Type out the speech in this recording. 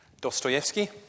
dostoevsky